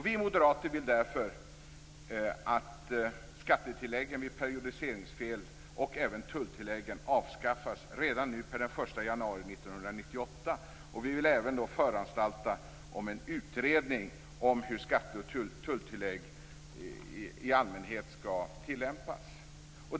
Vi moderater vill därför att skattetilläggen vid periodiseringsfel och även tulltilläggen avskaffas redan per den 1 januari 1998. Vi vill även föranstalta om en utredning av hur skatte och tulltillägg skall tillämpas i allmänhet.